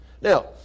Now